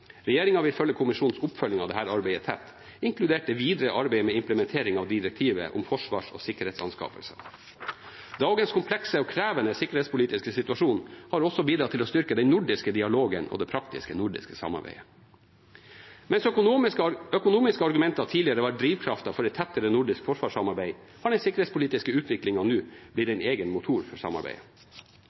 vil følge kommisjonens oppfølging av dette arbeidet tett, inkludert det videre arbeidet med implementering av direktivet om forsvars- og sikkerhetsanskaffelser. Dagens komplekse og krevende sikkerhetspolitiske situasjon har også bidratt til å styrke den nordiske dialogen og det praktiske nordiske samarbeidet. Mens økonomiske argumenter tidligere var drivkraften for et tettere nordisk forsvarssamarbeid, har den sikkerhetspolitiske utviklingen nå blitt en egen motor for samarbeidet.